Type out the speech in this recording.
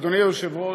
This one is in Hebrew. אדוני היושב-ראש,